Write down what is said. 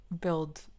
build